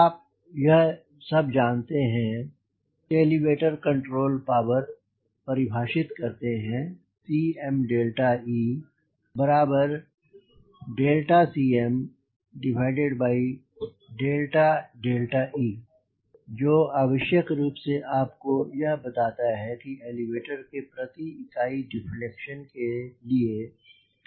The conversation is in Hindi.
आप यह सब जानते हो एलीवेटर कंट्रोल पावर परिभाषित करते हैं CmeCme जो आवश्यक रूप से आपको बताता है कि एलीवेटर के प्रति इकाई डिफलेक्शन के लिए कितना Cm बनेगा